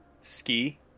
ski